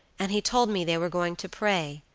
and he told me they were going to pray,